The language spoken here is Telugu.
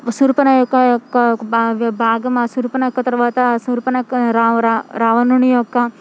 శూర్పణఖ యొక్క ఒక భాగం శూర్పణఖ యొక్క తర్వాత శూర్పణఖ యొక్కరా రా రావణుని యొక్క